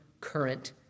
current